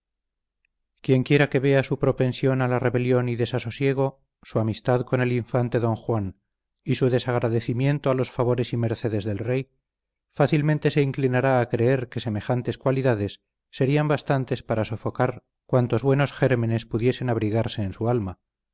quienquiera que vea su propensión a la rebelión y desasosiego su amistad con el infante don juan y su desagradecimiento a los favores y mercedes del rey fácilmente se inclinará a creer que semejantes cualidades serían bastantes para sofocar cuantos buenos gérmenes pudiesen abrigarse en su alma